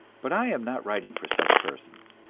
but i am not writing for such persons.